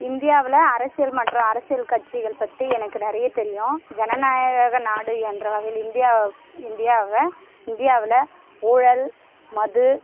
இந்தியாவில் அரசியல் மற்றும் அரசியல் கட்சிகள் பற்றி எனக்கு நிறைய தெரியும் ஜனநாயக நாடு என்ற வகையில் இந்தியா இந்தியாவை இந்தியாவில் ஊழல் மது